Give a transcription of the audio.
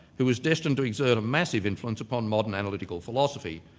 who was destined to exert massive influence upon modern analytical philosophy.